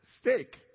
steak